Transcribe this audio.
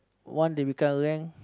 once they pick up a gang